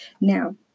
Now